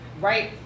Right